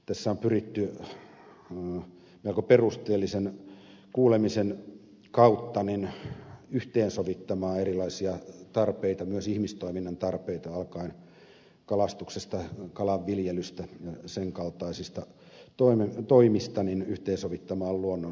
tässä on pyritty melko perusteellisen kuulemisen kautta yhteensovittamaan erilaisia tarpeita yhteensovittamaan myös ihmistoiminnan tarpeita alkaen kalastuksesta kalanviljelystä ja sen kaltaisista toimista ja luonnonsuojelua